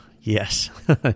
yes